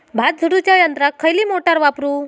भात झोडूच्या यंत्राक खयली मोटार वापरू?